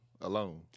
alone